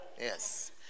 Yes